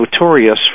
notorious